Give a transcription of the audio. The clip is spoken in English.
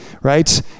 right